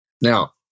Now